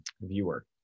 viewer